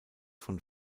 von